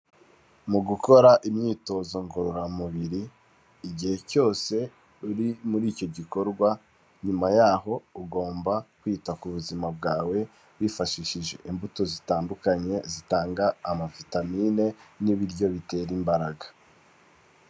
Mu gukora imyitozo ngororamubiri igihe cyose uri muri icyo gikorwa nyuma y'aho ugomba kwita ku buzima bwawe wifashishije imbuto zitanga zitanga amavitamine n'ibiryo bitera imbaraga.